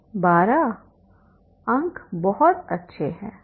12 अंक बहुत अच्छे हैं